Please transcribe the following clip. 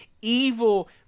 evil